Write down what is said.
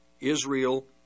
Israel